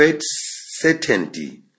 certainty